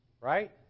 Right